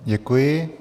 Děkuji.